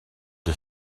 des